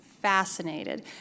fascinated